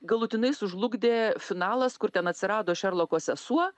galutinai sužlugdė finalas kur ten atsirado šerloko sesuo